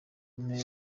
ntera